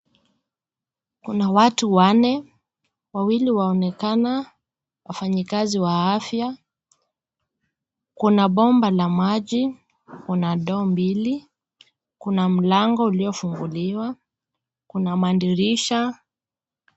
Kuna watu wanne, wawili waonekana wafanyikazi wa afya, kuna mbomba la maji, kuna ndoo mbili kuna, mlango ulio funguliwa kuna madirisha.